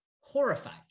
horrified